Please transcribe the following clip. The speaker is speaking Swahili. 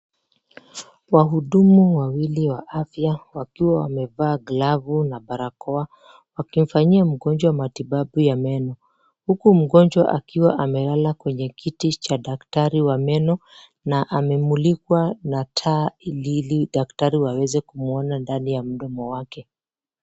Wahudumu wawili wa afya wakiwa wamevaa glavu na barakoa, wakifanyia mgonjwa matibabu ya meno, huku mgonjwa akiwa amelala kwenye kiti cha daktari wa meno, na amemulikwa na taa ili daktari waweze kumuona ndani ya mdomo wake .